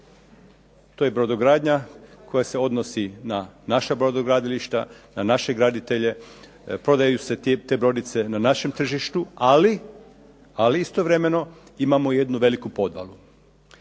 To je brodogradnja koja se odnosi na naša brodogradilišta, na naše graditelje, prodaju se te brodice na našem tržištu. Ali istovremeno imamo i jednu veliku podvalu.